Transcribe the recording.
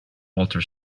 walter